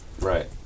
Right